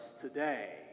today